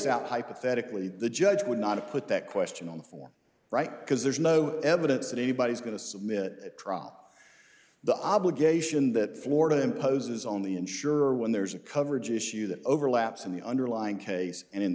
out hypothetically the judge would not put that question on for right because there's no evidence that anybody's going to submit that trial the obligation that florida imposes on the insurer when there's a coverage issue that overlaps in the underlying case and in the